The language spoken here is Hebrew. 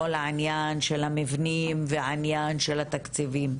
כל העניין של המבנים והעניין של התקציבים,